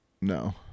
No